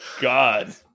god